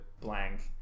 blank